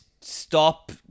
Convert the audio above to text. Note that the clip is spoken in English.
stop